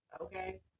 Okay